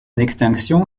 extinction